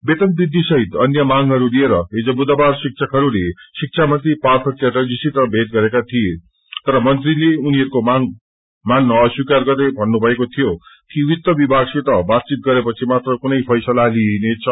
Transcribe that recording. वेतन वृद्विसहित अन्य मांगहरू लिएर हिज बुधबार शिक्षकहरूले राजभवन गएर राज्यपालसित भेट गरेका थिए तर मंत्रीले उनीहरूको मांग मान्न अस्वीकार गर्दै भन्नुभएको थियो कि वित्त विभागसित बातचित गरेपछि मात्र कुनै फैसला लिइनेछ